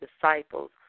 disciples